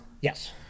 yes